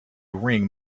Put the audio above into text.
ring